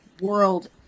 world